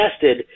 tested